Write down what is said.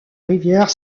rivière